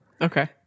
Okay